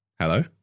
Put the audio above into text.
Hello